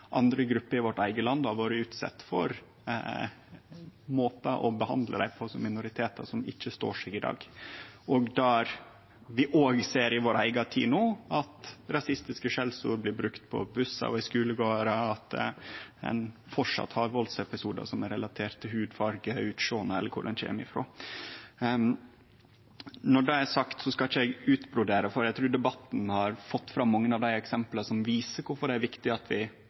andre grupper i vårt eige land har vore utsette for måtar å behandle dei på som minoritetar, som ikkje står seg i dag. Vi ser òg no, i vår eiga tid, at rasistiske skjellsord blir brukte på bussar og i skulegardar, og at ein framleis har valdsepisodar som er relatert til hudfarge, utsjåande eller kor ein kjem frå. Når det er sagt, skal eg ikkje utbrodere, for eg trur debatten har fått fram mange av dei eksempla som viser kvifor det er viktig at vi